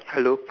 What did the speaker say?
hello